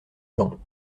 gens